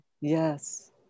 Yes